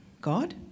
God